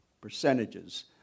percentages